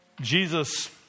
Jesus